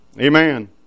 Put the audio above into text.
Amen